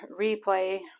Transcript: replay